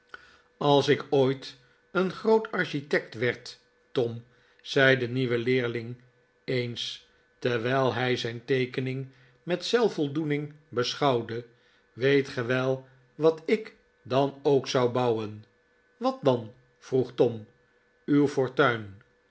als ik ooit een groot architect werd r tom zei de nieuwe leerling eens terwijl hij zijn teekening met zelfvoldoening beschouwde weet ge wel wat ik dan ook zou bouwen wat dan vroeg tom uw fortuin